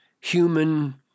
human